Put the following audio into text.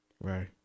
Right